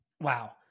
Wow